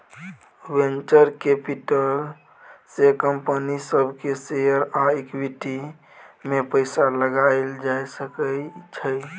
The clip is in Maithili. वेंचर कैपिटल से कंपनी सब के शेयर आ इक्विटी में पैसा लगाएल जा सकय छइ